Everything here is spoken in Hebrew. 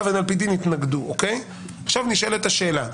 עכשיו נשאלת השאלה: